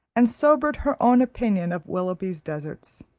and sobered her own opinion of willoughby's deserts